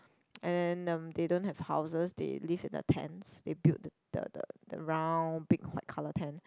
and then um they don't have houses they live in a tents they build the the the round big white colour tent